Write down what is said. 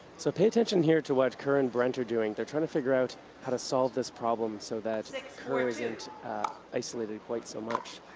so pay attention here to what kerr and brent are doing. they're trying to figure out how to solve this problem so that kerr isn't isolated quite so much.